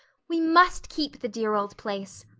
we must keep the dear old place.